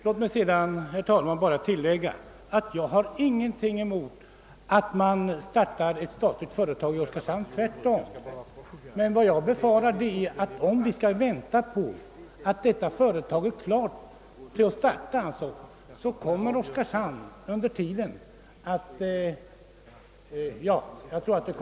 Låt mig, herr talman, bara tillägga att jag inte har någonting emot att staten startar ett företag i Oskarshamn — tvärtom. Men jag befarar att om vi skall vänta till dess detta företag blir klart kommer Oskarshamn under tiden att gå under.